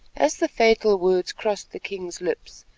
as the fatal words crossed the king's lips,